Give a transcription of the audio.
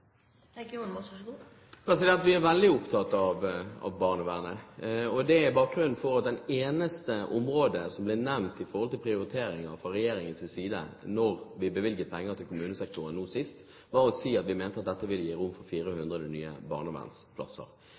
Vi er veldig opptatt av barnevernet. Det er bakgrunnen for at det var det eneste området som ble nevnt knyttet til prioriteringer fra regjeringens side da vi bevilget penger til kommunesektoren nå sist, da vi sa at vi mente at dette ville gi rom for 400 nye barnevernsplasser.